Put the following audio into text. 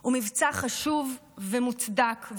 הוא מבצע חשוב ומוצדק,